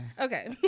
okay